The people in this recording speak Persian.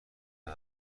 هدف